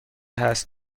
هست